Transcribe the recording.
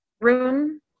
room